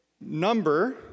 number